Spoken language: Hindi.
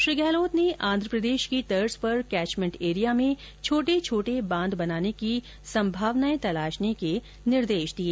श्री गहलोत ने आन्ध्र प्रदेश की तर्ज पर कैचमेन्ट एरिया में छोटे छोटे बांध बनाने की संभावनाएं तलाशने के निर्देश दिए